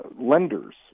lenders